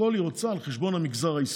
הכול היא רוצה על חשבון המגזר העסקי,